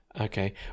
Okay